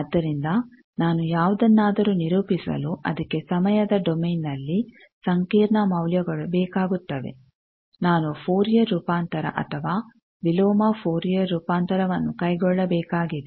ಆದ್ದರಿಂದ ನಾನು ಯಾವುದನ್ನಾದರೂ ನಿರೂಪಿಸಲು ಅದಕ್ಕೆ ಸಮಯದ ಡೋಮೆನ್ನಲ್ಲಿ ಸಂಕೀರ್ಣ ಮೌಲ್ಯಗಳು ಬೇಕಾಗುತ್ತವೆ ನಾನು ಫೋರಿಯರ್ ರೂಪಾಂತರ ಅಥವಾ ವಿಲೋಮ ಫೋರಿಯರ್ ರೂಪಾಂತರವನ್ನು ಕೈಗೊಳ್ಳಬೇಕಾಗಿದೆ